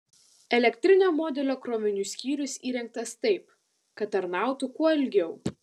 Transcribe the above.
elektrinio modelio krovinių skyrius įrengtas taip kad tarnautų kuo ilgiau